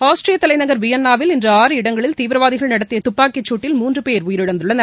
ஆஸ்திரிய தலைநகர் வியன்னாவில் ஆறு இடங்களில் தீவிரவாதிகள் நடத்திய துப்பாக்கிச் சூட்டில் மூன்று பேர் உயிரிழந்துள்ளனர்